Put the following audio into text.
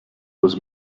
was